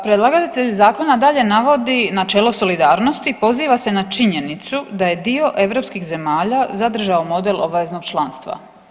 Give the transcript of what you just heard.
Predlagatelj Zakona dalje navodi načelo solidarnosti, poziva se na činjenicu da je dio europskih zemalja zadržao model obaveznog članstva.